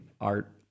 art